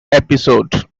episode